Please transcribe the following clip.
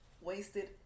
Wasted